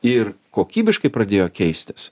ir kokybiškai pradėjo keistis